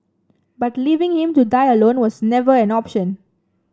but leaving him to die alone was never an option